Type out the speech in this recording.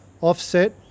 offset